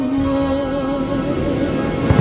world